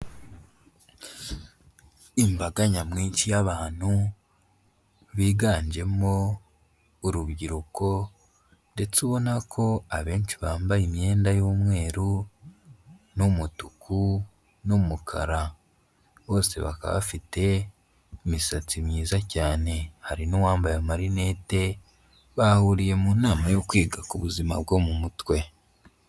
Imbaga nyamwinshi y'abantu biganjemo urubyiruko ndetse ubona ko abenshi bambaye imyenda y'umweru n'umutuku n'umukara, bose bakaba bafite imisatsi myiza cyane hari n'uwambaye amarinete bahuriye mu nama yo kwiga ku buzima bwo mu mutwe.